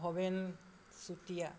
Bhaben Chutia